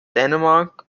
dänemark